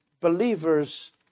believers